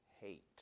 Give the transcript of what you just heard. hate